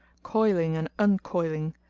coiling and uncoiling,